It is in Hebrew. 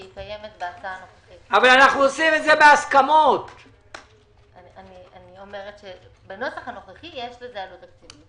כי קיימת בהצעה הנוכחית - בנוסח הנוכחי יש לזה עלות תקציבית.